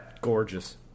gorgeous